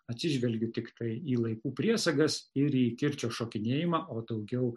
atsižvelgiu tiktai į laikų priesagas ir į kirčio šokinėjimą o daugiau